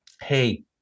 hey